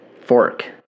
fork